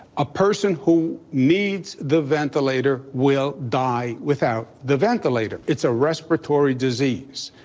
a person who needs the ventilator will die without the ventilator. it's a respiratory disease.